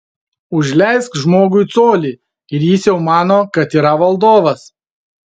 užleisk žmogui colį ir jis jau mano kad yra valdovas